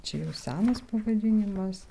čia jau senas pavadinimas